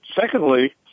Secondly